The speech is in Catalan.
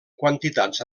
quantitats